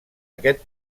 aquest